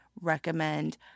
recommend